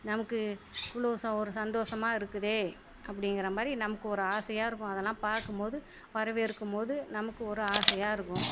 நமக்கு இவ்வளோ ஒரு சந்தோஷமாக இருக்குதே அப்படிங்கிற மாதிரி நமக்கு ஒரு ஆசையாக இருக்கும் அதெல்லாம் பார்க்கும் போது வரவேற்க்கும் போது நமக்கு ஒரு ஆசையாக இருக்கும்